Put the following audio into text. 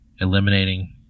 eliminating